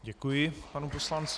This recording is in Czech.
Děkuji panu poslanci.